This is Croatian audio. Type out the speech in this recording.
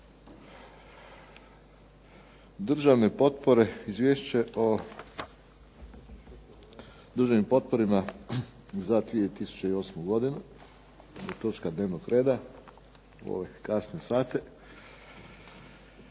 Državne potpore, Izvješće o državnim potporama za 2008. godinu je točka dnevnog reda u ove kasne sate.